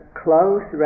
close